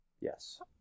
Yes